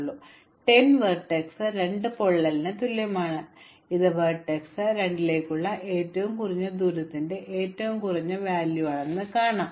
അതിനാൽ 10 വെർട്ടെക്സ് 2 പൊള്ളലിന് തുല്യമാണ് ഇത് വെർട്ടെക്സ് 2 ലേക്കുള്ള ഏറ്റവും കുറഞ്ഞ ദൂരത്തിന്റെ ഏറ്റവും കുറഞ്ഞ ചെലവാണെന്ന് നമുക്ക് പറയാം